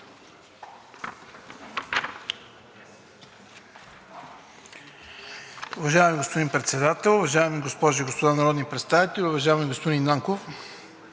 Уважаеми господин Председател, уважаеми госпожи и господа народни представители! Уважаеми господин Нанков,